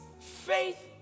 faith